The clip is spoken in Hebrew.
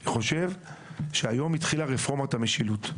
אני חושב שהיום התחילה רפורמת המשילות.